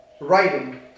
writing